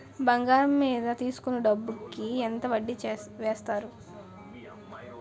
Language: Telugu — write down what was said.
బంగారం మీద తీసుకున్న డబ్బు కి ఎంత వడ్డీ వేస్తారు?